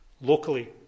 locally